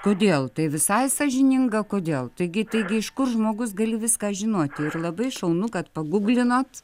kodėl tai visai sąžininga kodėl taigi taigi iš kur žmogus gali viską žinoti ir labai šaunu kad pagūglinot